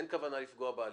אין כוונה לפגוע בהליך.